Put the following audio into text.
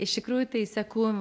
iš tikrųjų tai seku